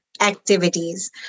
activities